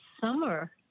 summer